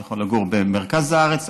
אתה יכול לגור במרכז הארץ,